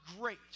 great